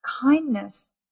kindness